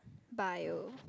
bio